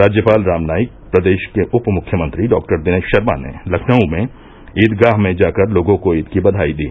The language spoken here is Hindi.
राज्यपाल राम नाईक प्रदेश के उप मुख्यमंत्री डॉक्टर दिनेश शर्मा ने लखनऊ में ईदगाह जाकर लोगों को ईद की बघाई दी